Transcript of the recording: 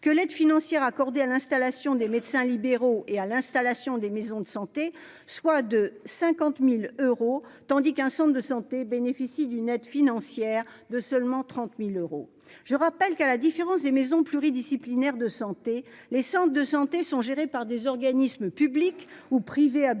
que l'aide financière accordée à l'installation des médecins libéraux et à l'installation des maisons de santé soit de 50.000 euros tandis qu'un centre de santé bénéficie d'une aide financière de seulement 30.000 euros. Je rappelle qu'à la différence des maisons pluridisciplinaires de santé, les centres de santé sont gérées par des organismes publics ou privés à but non